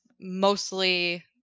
mostly